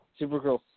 Supergirl